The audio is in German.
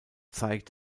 zeigt